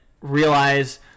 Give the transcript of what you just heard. realize